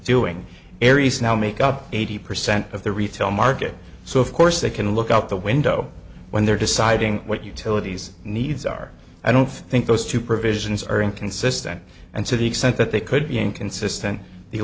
doing areas now make up eighty percent of the retail market so of course they can look out the window when they're deciding what utilities needs are i don't think those two provisions are inconsistent and to the extent that they could be inconsistent